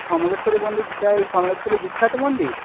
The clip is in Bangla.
সমলেশ্বরী মন্দির যেটা ওই সমলেশ্বরী বিখ্যাত মন্দির